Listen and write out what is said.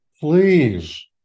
Please